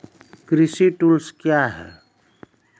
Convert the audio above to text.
कृषि टुल्स क्या हैं?